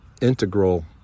integral